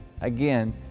Again